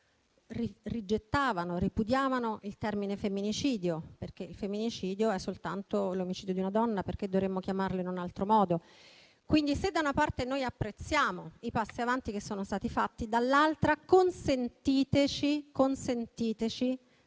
rigettavano e ripudiavano il termine femminicidio: il femminicidio è soltanto l'omicidio di una donna, quindi perché dovremmo chiamarlo in un altro modo? Se da una parte apprezziamo i passi avanti che sono stati fatti, dall'altra consentiteci di essere